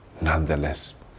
Nonetheless